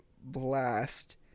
blast